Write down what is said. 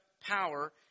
power